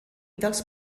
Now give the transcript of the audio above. dels